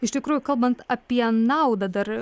iš tikrųjų kalbant apie naudą dar